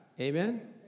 Amen